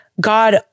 God